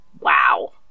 Wow